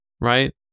right